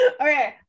okay